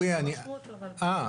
אני שמח להיות כאן.